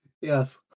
yes